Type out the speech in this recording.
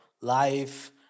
life